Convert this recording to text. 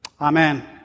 Amen